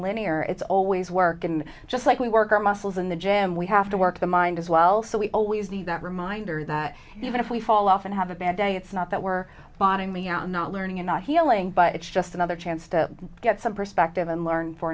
linear it's always work and just like we work our muscles in the gym we have to work the mind as well so we always need that reminder that even if we fall off and have a bad day it's not that we're bottoming out not learning and not healing but it's just another chance to get some perspective and learn for